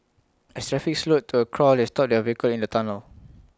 as traffic slowed to A crawl they stopped their vehicle in the tunnel